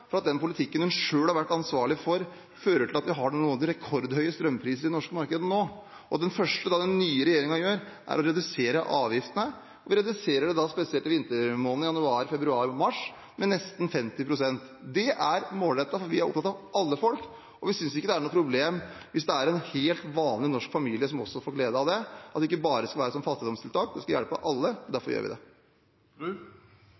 ansvarlig for, fører til at vi har rekordhøye strømpriser i det norske markedet nå. Det første den nye regjeringen gjør, er å redusere avgiftene, og vi reduserer dem spesielt i vintermånedene – januar, februar og mars – med nesten 50 pst. Det er målrettet, for vi er opptatt av alle folk. Vi synes ikke det er noe problem om det er en helt vanlig norsk familie som også får glede av det – at det ikke bare skal være et fattigdomstiltak. Det skal hjelpe alle.